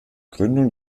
gründung